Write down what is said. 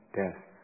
death